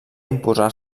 imposar